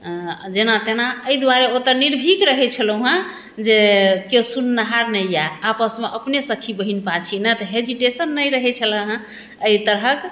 जेना तेना एहि दुआरे ओतय निर्भीक रहै छलहुँ हेँ जे केओ सुननिहार नहि यऽ आपसमे अपने सखी बहिनपा छी नहि तऽ हेजिटेशन नहि रहै छलै एहि तरहक